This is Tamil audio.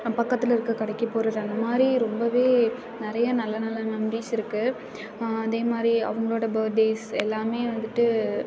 பக்கத்தில் இருக்கிற கடைக்கு போகிறது அந்தமாதிரி ரொம்ப நிறைய நல்ல நல்ல மெமரிஸ் இருக்குது அதே மாதிரி அவங்களோட பர்த்டேஸ் எல்லாம் வந்துட்டு